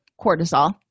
cortisol